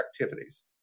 activities